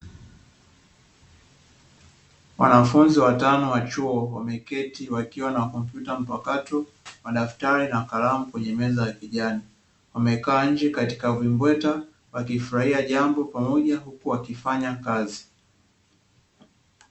Wanafunzi watano wa chuo wameketi wakiwa na kompyuta mpakato, madaftari na kalamu kwenye meza za kijani; wamekaa nje katika vimbweta wakifurahia jambo kwa pamoja huku wakifanya kazi.